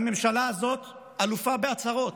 הממשלה הזאת אלופה בהצהרות,